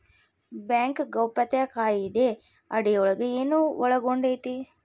Bank ಗೌಪ್ಯತಾ ಕಾಯಿದೆ ಅಡಿಯೊಳಗ ಏನು ಒಳಗೊಂಡೇತಿ?